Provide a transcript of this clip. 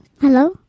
Hello